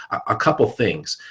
a couple things.